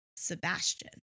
Sebastian